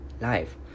life